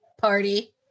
party